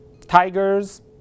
tigers